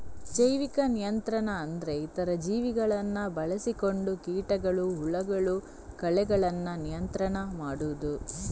ಜೈವಿಕ ನಿಯಂತ್ರಣ ಅಂದ್ರೆ ಇತರ ಜೀವಿಗಳನ್ನ ಬಳಸಿಕೊಂಡು ಕೀಟಗಳು, ಹುಳಗಳು, ಕಳೆಗಳನ್ನ ನಿಯಂತ್ರಣ ಮಾಡುದು